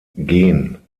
gen